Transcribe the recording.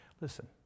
Listen